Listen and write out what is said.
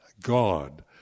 God